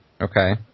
Okay